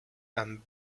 and